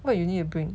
what you need to bring